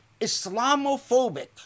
Islamophobic